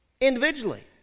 Individually